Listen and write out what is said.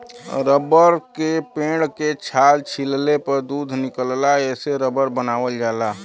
rubber के पेड़ के छाल छीलले पर दूध निकलला एसे रबर बनावल जाला